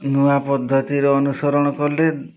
ନୂଆ ପଦ୍ଧତିର ଅନୁସରଣ କଲେ